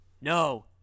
No